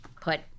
put